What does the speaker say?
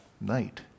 night